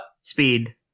Speed